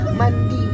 mandi